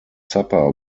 supper